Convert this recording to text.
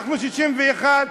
אנחנו 61,